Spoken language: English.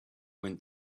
went